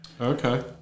Okay